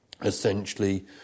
essentially